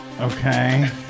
Okay